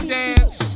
dance